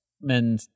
Men